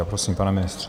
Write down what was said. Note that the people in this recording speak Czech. Prosím, pane ministře.